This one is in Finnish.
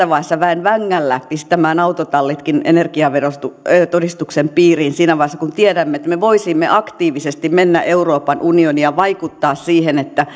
vaiheessa väen vängällä pistämään autotallitkin energiatodistuksen piiriin siinä vaiheessa kun tiedämme että me voisimme aktiivisesti mennä euroopan unioniin ja vaikuttaa siihen että